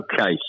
Okay